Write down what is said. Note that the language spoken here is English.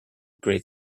great